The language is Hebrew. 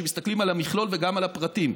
כשמסתכלים על המכלול וגם על הפרטים,